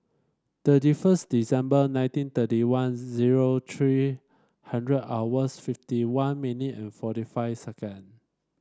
thirty first December nineteen thirty one zero three hundred hours fifty one minute and forty five second